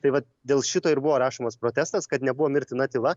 tai vat dėl šito ir buvo rašomas protestas kad nebuvo mirtina tyla